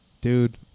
Dude